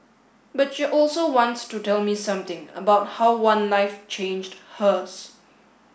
but she also wants to tell me something about how one life changed hers